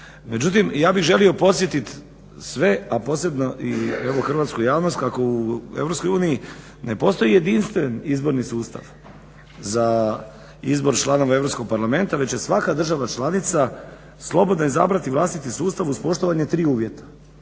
Međutim ja bih želio podsjetit sve a posebno evo i hrvatsku javnost kako u EU ne postoji jedinstven izborni sustav za izbor članova Europskog parlamenta već će svaka država članica slobodna izabrati vlastiti sustav uz poštovanje tri uvjeta.